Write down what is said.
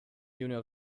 junior